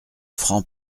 francs